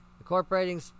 Incorporating